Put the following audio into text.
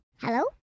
Hello